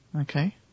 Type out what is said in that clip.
Okay